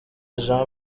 jean